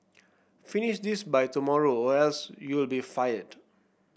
finish this by tomorrow or else you'll be fired